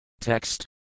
Text